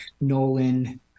Nolan